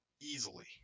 Easily